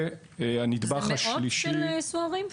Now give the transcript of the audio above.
הנדבך השלישי --- מדובר במאות סוהרים?